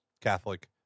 Catholic